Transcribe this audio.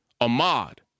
Ahmad